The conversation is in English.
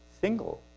single